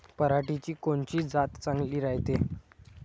पऱ्हाटीची कोनची जात चांगली रायते?